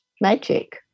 magic